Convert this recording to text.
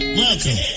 welcome